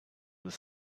with